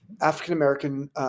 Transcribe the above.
African-American